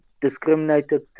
discriminated